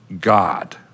God